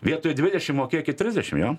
vietoj dvidešim mokėkit trisdešim jo